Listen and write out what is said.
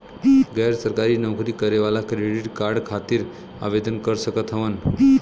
गैर सरकारी नौकरी करें वाला क्रेडिट कार्ड खातिर आवेदन कर सकत हवन?